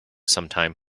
sometime